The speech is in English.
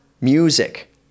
music